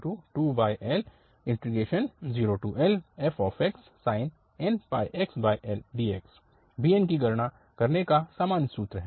तो bn2L0Lfxsin nπxL dx bn की गणना करने का सामान्य सूत्र है